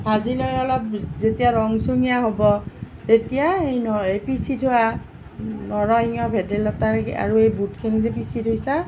ভাজি লৈ অলপ যেতিয়া ৰংচঙীয়া হ'ব তেতিয়া হেৰি নহয় এই পিচি থোৱা নৰসিংহ ভেদাইলতা আৰু আৰু এই বুটখিনি যে পিচি থৈছা